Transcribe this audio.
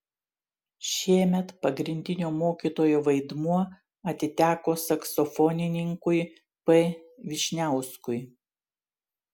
šiemet pagrindinio mokytojo vaidmuo atiteko saksofonininkui p vyšniauskui